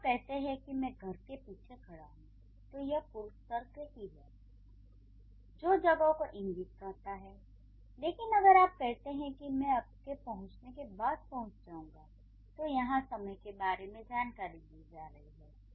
जब आप कहते हैं कि मैं घर के पीछे खड़ा हूँ तो यह पूर्वसर्ग ही है जो जगह को इंगित करता है लेकिन अगर आप कहते हैं कि मैं आपके पहुंचने के बाद पहुंच जाऊंगा तो यहाँ समय के बारे में जानकारी दी जा रही है